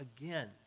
again